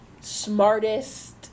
smartest